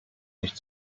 nicht